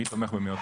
מי תומך במי?